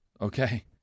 Okay